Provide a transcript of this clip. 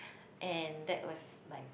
and that was like